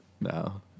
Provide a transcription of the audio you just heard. No